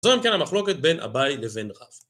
זו אם כן המחלוקת בין אבאי לבין רב